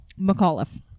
McAuliffe